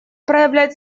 проявлять